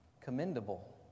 commendable